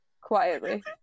quietly